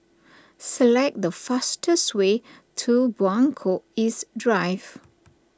select the fastest way to Buangkok East Drive